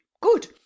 good